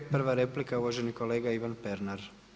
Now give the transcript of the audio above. Prva replika je uvaženi kolega Ivan Pernar.